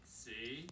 see